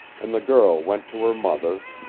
and the girl went to her mother,